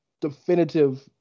definitive